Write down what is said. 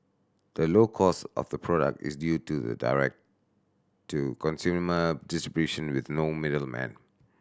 the low cost of the product is due to the direct to consumer distribution with no middlemen